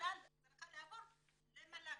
כולה צריכה לעבור למל"ג.